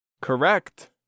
Correct